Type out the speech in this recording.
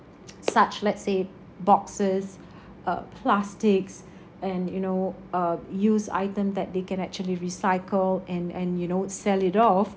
such let's say boxes uh plastics and you know uh used item that they can actually recycle and and you know sell it off